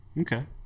okay